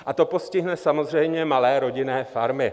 A to postihne samozřejmě malé rodinné farmy.